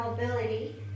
mobility